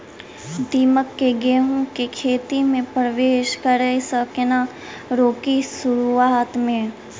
दीमक केँ गेंहूँ केँ खेती मे परवेश करै सँ केना रोकि शुरुआत में?